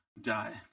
die